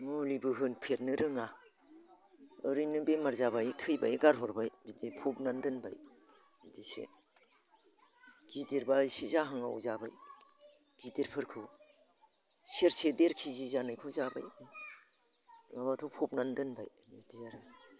मुलिबो होफेरनो रोङा ओरैनो बेमार जाबाय थैबाय गारहरबाय बिदि फबना दोनबाय बिदिसो गिदिरब्ला एसे जाहाङाव जाबाय गिदिरफोरखौ सेरसे देर केजि जानायखौ जाबाय नङाब्लाथ' फबना दोनबाय बिदि आरो